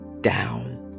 down